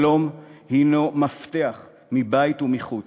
שלום הנו מפתח מבית ומחוץ.